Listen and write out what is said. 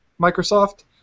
Microsoft